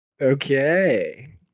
Okay